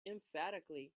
emphatically